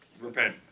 Repent